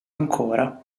ancora